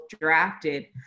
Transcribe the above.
drafted